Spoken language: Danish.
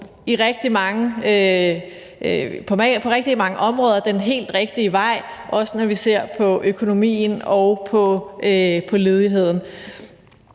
går det jo på rigtig mange områder den helt rigtige vej, også når vi ser på økonomien og på ledigheden.